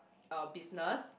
a business